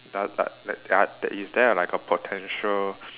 d~ like like uh is there like a potential